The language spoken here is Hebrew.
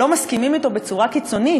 לא מסכימים לה בצורה קיצונית.